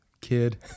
kid